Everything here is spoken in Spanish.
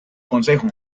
concejo